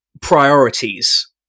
priorities